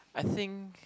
I think